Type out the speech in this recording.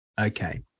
Okay